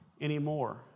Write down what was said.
anymore